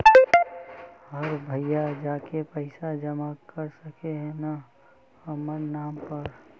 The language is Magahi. हमर भैया जाके पैसा जमा कर सके है न हमर नाम पर?